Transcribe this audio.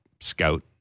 scout